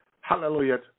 Hallelujah